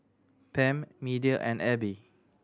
Pam Media and Abby